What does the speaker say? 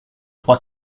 trois